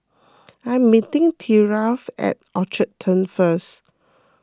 I am meeting Thyra at Orchard Turn first